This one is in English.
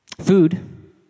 Food